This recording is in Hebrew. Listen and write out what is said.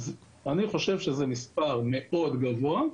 אני חושב שזה מספר מאוד גבוה,